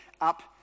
up